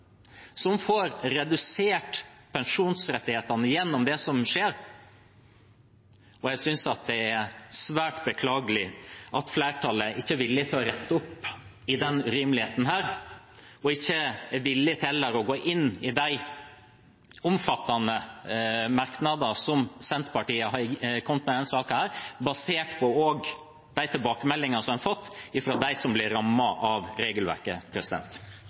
som får redusert pensjonsrettighetene gjennom det som skjer. Jeg synes det er svært beklagelig at flertallet ikke er villig til å rette opp i denne urimeligheten, og heller ikke er villig til å gå inn i de omfattende merknader som Senterpartiet har kommet med i denne saken basert også på de tilbakemeldingene som en har fått fra dem som blir rammet av regelverket.